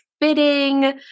fitting